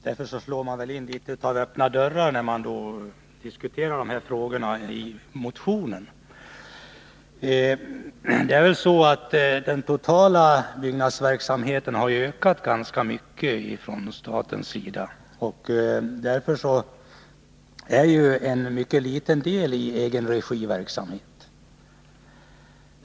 Därför slår man väl in öppna dörrar, när man diskuterar denna fråga Statens totala byggnadsverksamhet har ökat ganska kraftigt. Egenregiverksamheten utgör därför en mycket liten del.